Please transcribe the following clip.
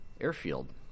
airfield